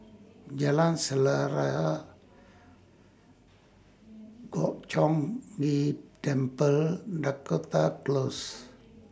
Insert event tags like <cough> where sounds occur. Jalan <unintelligible> God Chong Ghee Temple Dakota Close